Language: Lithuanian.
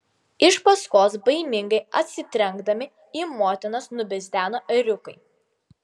iš paskos baimingai atsitrenkdami į motinas nubidzeno ėriukai